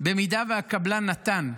במידה שהקבלן נתן קסדה,